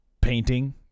painting